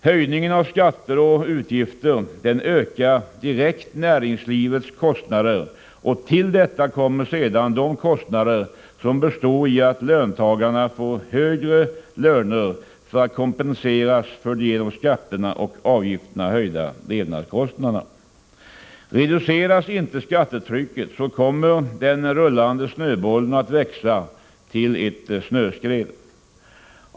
Höjningen av skatter och utgifter ökar direkt näringslivets kostnader, och till detta kommer sedan de kostnader som består i att löntagarna får högre löner för att kompenseras för de genom skatterna och avgifterna höjda levnadskostnaderna. Reduceras inte skattetrycket kommer den rullande snöbollen att växa till ett snöskred.